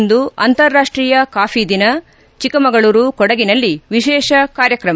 ಇಂದು ಅಂತಾರಾಷ್ಟೀಯ ಕಾಫಿ ದಿನ ಚಿಕ್ಕಮಗಳೂರು ಕೊಡಗಿನಲ್ಲಿ ವಿಶೇಷ ಕಾರ್ಯಕ್ರಮ